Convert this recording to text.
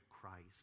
Christ